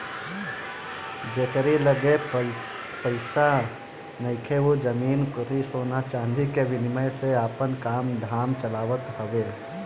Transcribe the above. जेकरी लगे पईसा नइखे उ जमीन अउरी सोना चांदी के विनिमय से आपन काम धाम चलावत हवे